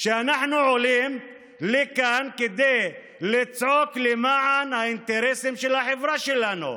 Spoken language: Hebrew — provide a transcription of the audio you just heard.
כשאנחנו עולים לכאן כדי לצעוק למען האינטרסים של החברה שלנו?